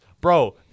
Bro